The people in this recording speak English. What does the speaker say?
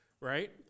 right